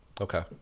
Okay